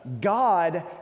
God